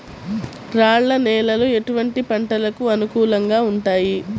రాళ్ల నేలలు ఎటువంటి పంటలకు అనుకూలంగా ఉంటాయి?